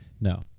No